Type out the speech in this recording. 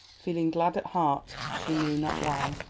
feeling glad at heart, she knew not why.